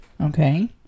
Okay